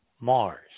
Mars